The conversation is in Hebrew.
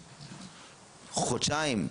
חודשיים.